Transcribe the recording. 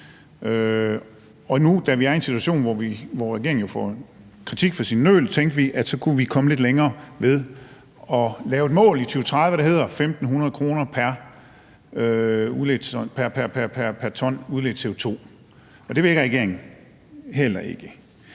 ikke. Vi er jo i en situation, hvor regeringen får kritik for sit nøl, og derfor tænkte vi, at vi kunne komme lidt længere ved at lave et mål for 2030 om 1.500 kr. pr. t udledt CO2. Det vil regeringen heller ikke.